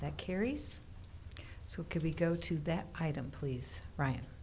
that carries so can we go to that item please wri